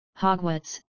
Hogwarts